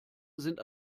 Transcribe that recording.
sind